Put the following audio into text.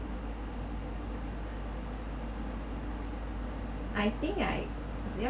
I think I